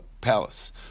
palace